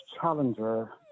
Challenger